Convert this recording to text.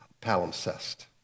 palimpsest